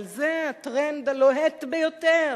אבל זה הטרנד הלוהט ביותר.